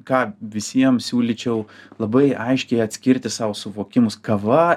ką visiems siūlyčiau labai aiškiai atskirti sau suvokimus kava